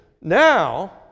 Now